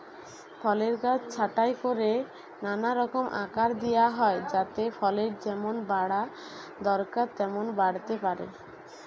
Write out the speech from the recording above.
ফলের গাছ ছাঁটাই কোরে নানা রকম আকার দিয়া হয় যাতে ফলের যেমন বাড়া দরকার তেমন বাড়তে পারে